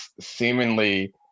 seemingly